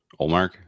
Olmark